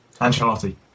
Ancelotti